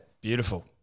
Beautiful